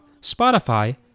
Spotify